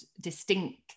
distinct